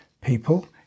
people